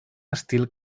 estil